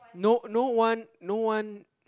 no no one no one